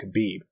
Khabib